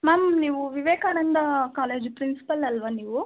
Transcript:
ma'am ನೀವು Vivekananda college principal ಅಲ್ವ ನೀವು